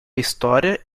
história